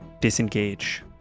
Disengage